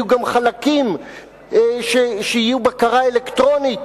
יהיו גם חלקים שיהיו בקרה אלקטרונית.